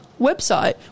website